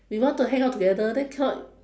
we want to hang out together then cannot